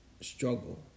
struggle